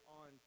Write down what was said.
on